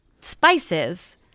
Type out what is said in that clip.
spices